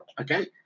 okay